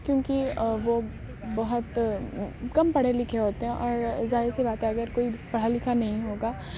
کیونکہ وہ بہت کم پڑھے لکھے ہوتے ہیں اور ظاہر سی بات ہے اگر کوئی پڑھا لکھا نہیں ہوگا